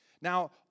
Now